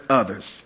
others